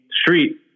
street